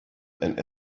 and